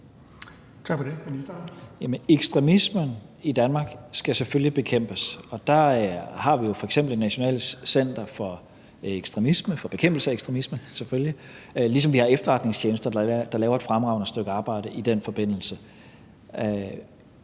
ekstremismen i Danmark skal selvfølgelig bekæmpes. Der har vi f.eks. det nationale center for bekæmpelse af ekstremisme, ligesom vi har efterretningstjenester, der laver et fremragende stykke arbejde i den forbindelse.